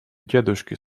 дедушки